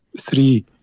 three